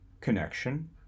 connection